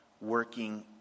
working